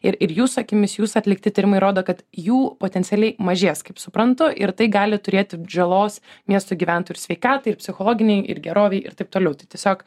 ir ir jūsų akimis jūsų atlikti tyrimai rodo kad jų potencialiai mažės kaip suprantu ir tai gali turėti žalos miesto gyventojų ir sveikatai ir psichologinei ir gerovei ir taip toliau tai tiesiog